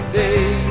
day